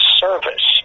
service